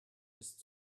ist